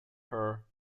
her